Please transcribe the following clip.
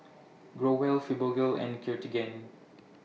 Growell Fibogel and Cartigain